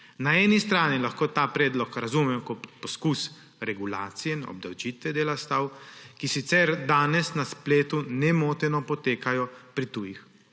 Na eni strani lahko ta predlog razumemo kot poskus regulacije in obdavčitve dela stav, ki sicer danes na spletu nemoteno potekajo pri tujih